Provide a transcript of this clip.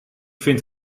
vind